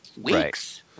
weeks